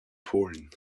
polen